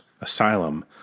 Asylum